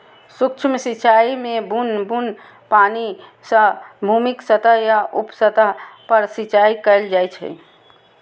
सूक्ष्म सिंचाइ मे बुन्न बुन्न पानि सं भूमिक सतह या उप सतह पर सिंचाइ कैल जाइ छै